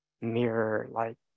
mirror-like